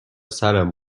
سرم